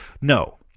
No